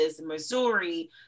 Missouri